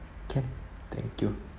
can thank you